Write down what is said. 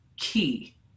key